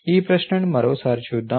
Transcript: ఈ ప్రశ్నను మరోసారి చూద్దాం